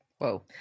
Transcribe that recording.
whoa